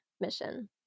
mission